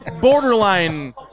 borderline